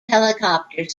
helicopter